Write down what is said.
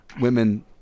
women